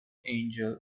angel